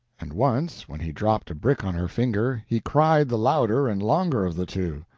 and once, when he dropped a brick on her finger, he cried the louder and longer of the two.